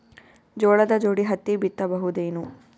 ಜೋಳದ ಜೋಡಿ ಹತ್ತಿ ಬಿತ್ತ ಬಹುದೇನು?